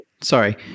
Sorry